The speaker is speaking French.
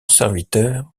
serviteur